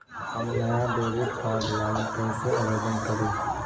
हम नया debit card लागी कईसे आवेदन करी?